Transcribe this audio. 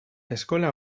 eskola